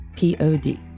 Pod